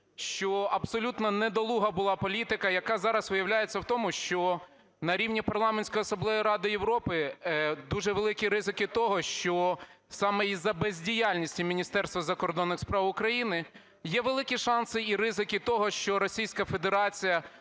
що абсолютно недолуга була політика, яка зараз виявляється в тому, що на рівні Парламентської асамблеї Ради Європи дуже великі ризики того, що саме із-за бездіяльності Міністерства закордонних справ України є великі шанси і ризики того, що Російська Федерація